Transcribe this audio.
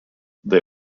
they